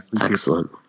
Excellent